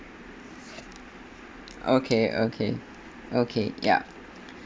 okay okay okay ya